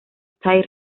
thai